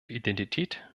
identität